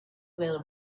whether